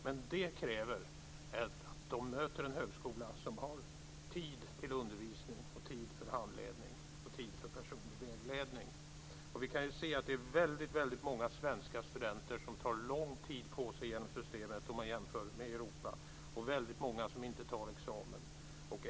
Men det kräver att de möter en högskola som har tid för undervisning, tid för handledning och tid för personlig vägledning. Vi kan ju se att det är väldigt många svenska studenter som tar lång tid på sig genom systemet om man jämför med Europa och väldigt många som inte tar examen.